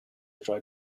tried